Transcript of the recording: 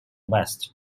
west